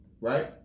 right